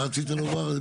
מה רצית לומר?